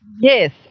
Yes